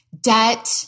debt